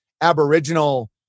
Aboriginal